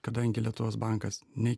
kadangi lietuvos bankas nei